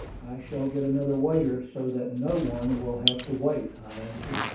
shall get another waiter, so that no one will have to wait, i answered.